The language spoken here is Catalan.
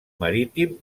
marítim